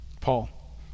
Paul